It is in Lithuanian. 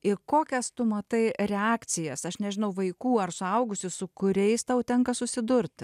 ir kokias tu matai reakcijas aš nežinau vaikų ar suaugusių su kuriais tau tenka susidurti